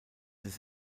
des